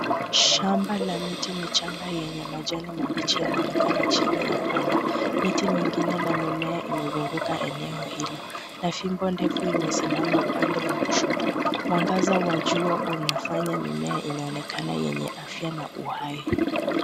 Shamba la miti michanga yenye majani mabichi yanaonekana chini ya anga. Miti mingine na mimea imezunguka eneo hilo na fimbo ndefu imesimama upande la kushoto. Mwangaza wa jua inafanya mimea inaonekana yenye afya na uhai.